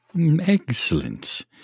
Excellent